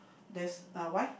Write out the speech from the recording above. there's uh why